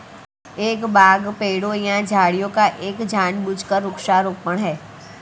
एक बाग पेड़ों या झाड़ियों का एक जानबूझकर वृक्षारोपण है